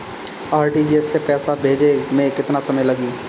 RTGS से पैसा भेजे में केतना समय लगे ला?